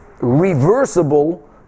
reversible